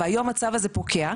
והיום הצו הזה פוקע,